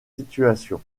situation